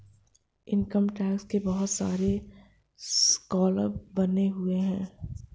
income tax के बहुत सारे स्लैब बने हुए हैं